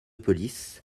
police